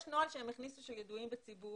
יש נוהל שהם הכניסו של ידועים בציבור.